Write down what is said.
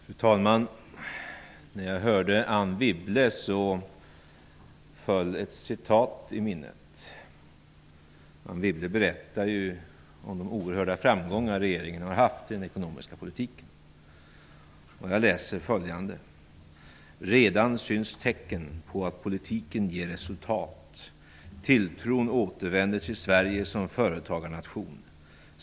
Fru talman! När jag hörde Anne Wibble föll ett citat i minnet. Anne Wibble berättade ju om de oerhörda framgångar regeringen har haft i den ekonomiska politiken. Jag läser följande: ''Redan syns tecken på att politiken ger resultat. Tilltron återvänder till Sverige som företagarnation.